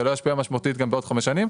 זה לא ישפיע משמעותית גם בעוד חמש שנים,